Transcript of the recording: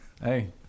Hey